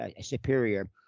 superior